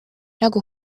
nagu